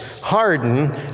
harden